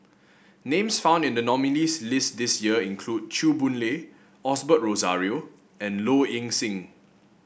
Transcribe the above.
names found in the nominees' list this year include Chew Boon Lay Osbert Rozario and Low Ing Sing